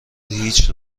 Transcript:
هیچ